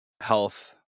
health